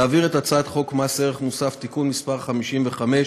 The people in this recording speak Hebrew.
להעביר את הצעת חוק מס ערך מוסף (תיקון מס' 55),